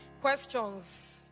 questions